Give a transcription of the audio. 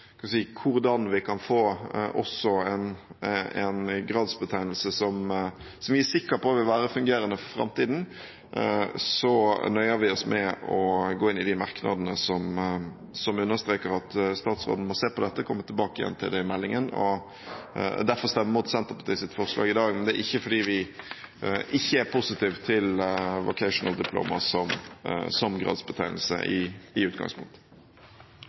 skal være gradsbetegnelsen her, men siden regjeringen har varslet en melding om kort tid og det er behov for å gå gjennom hvordan vi også kan få en gradsbetegnelse som vi er sikker på vil være fungerende for framtiden, så nøyer vi oss med å gå inn i de merknadene som understreker at statsråden må se på dette og komme tilbake til det i meldingen. Derfor stemmer vi mot Senterpartiets forslag i dag, men det er ikke fordi vi i utgangspunktet ikke er positive til Vocational